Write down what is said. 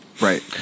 Right